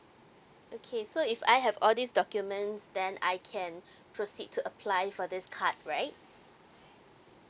okay so if I have all these documents then I can proceed to apply for this card right